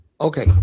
Okay